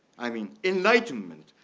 i mean enlightenment,